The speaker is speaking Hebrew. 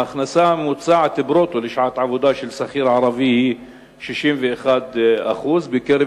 ההכנסה הממוצעת ברוטו לשעת עבודה של שכיר ערבי היא 61%; בקרב